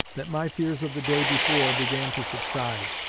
that my fears of the day before began to subside,